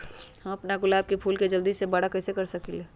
हम अपना गुलाब के फूल के जल्दी से बारा कईसे कर सकिंले?